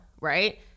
Right